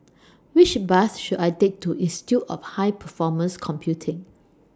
Which Bus should I Take to Institute of High Performance Computing